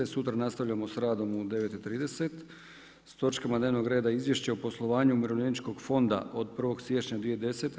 Sutra nastavljamo s radom u 9,30 sati, točkama dnevnog reda Izvješća o poslovanju umirovljeničkog fonda od 01. siječnja 2010.